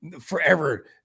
forever